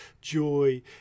joy